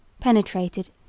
penetrated